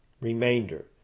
remainder